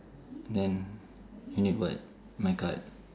then you need what my card